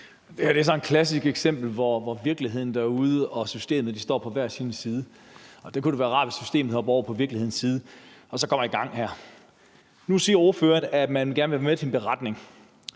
her er et klassisk eksempel, hvor virkeligheden derude og systemet står på hver sin side. Der kunne det være rart, hvis systemet hoppede over på virkelighedens side og så går i gang her. Nu siger ordføreren, at man gerne vil være med til en beretning.